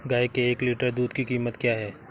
गाय के एक लीटर दूध की कीमत क्या है?